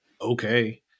Okay